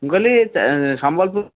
ମୁଁ କହିଲି ସମ୍ବଲପୁରୀ